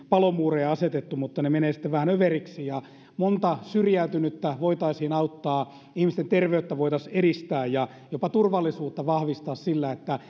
palomuureja asetettu mutta ne menevät sitten vähän överiksi monta syrjäytynyttä voitaisiin auttaa ihmisten terveyttä voitaisiin edistää ja jopa turvallisuutta vahvistaa sillä että